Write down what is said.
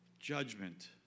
Judgment